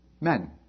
men